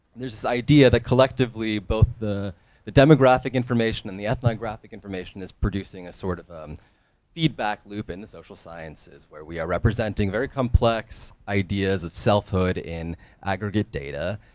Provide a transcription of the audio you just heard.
there's this idea that collectively both, the the demographic information and the ethnographic information is producing a sort of feedback loop in the social sciences, where we are representing very complex ideas of self-hood in aggregate data,